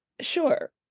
Sure